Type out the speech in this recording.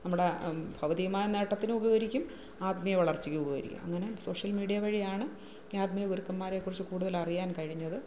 നമ്മുടെ ബൗദ്ധികമായ നേട്ടത്തിനും ഉപകരിക്കും ആത്മീയവളർച്ചയ്ക്കും ഉപകരിക്കും അങ്ങനെ സോഷ്യൽ മീഡിയ വഴിയാണ് ആത്മീയഗുരുക്കന്മാരെ കുറിച്ച് കൂടുതലറിയാൻ കഴിഞ്ഞത്